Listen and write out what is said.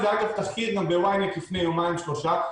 זה אגב תחקיר ב-YNET לפני יומיים שלושה.